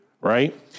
right